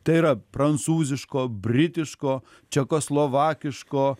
tai yra prancūziško britiško čekoslovakiško